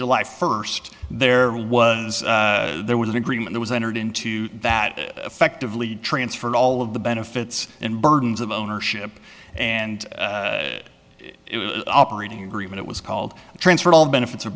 july first there was there was an agreement that was entered into that effectively transferred all of the benefits and burdens of ownership and operating agreement was called transfer all benefits o